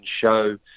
show